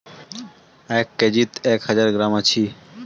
এক কেজিত এক হাজার গ্রাম আছি